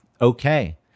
okay